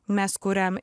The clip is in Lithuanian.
mes kuriam